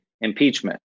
impeachment